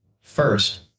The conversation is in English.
first